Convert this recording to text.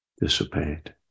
dissipate